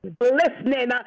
listening